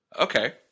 Okay